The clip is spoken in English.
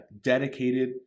dedicated